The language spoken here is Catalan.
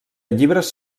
llibres